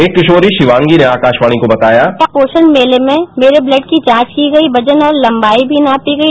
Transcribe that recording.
एक किसीरी शिवांगी ने आकाशवाणी को बताया पोषण मेले में मेरे ब्लड की जांच की गई वजन और लंबाई भी नापी गई